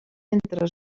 entre